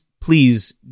please